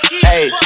Hey